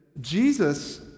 jesus